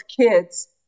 kids